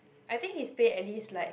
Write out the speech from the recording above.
I think his pay at least like